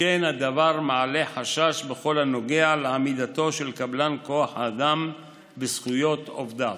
שכן הדבר מעלה חשש בכל הנוגע לעמידתו של קבלן כוח האדם בזכויות עובדיו.